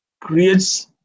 creates